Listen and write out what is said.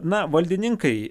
na valdininkai